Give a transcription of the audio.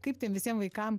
kaip tiem visiem vaikam